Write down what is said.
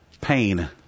pain